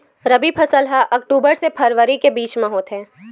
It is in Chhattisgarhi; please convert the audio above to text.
रबी फसल हा अक्टूबर से फ़रवरी के बिच में होथे